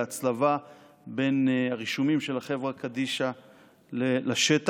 בהצלבה בין הרישומים של חברת קדישא לשטח.